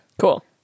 Cool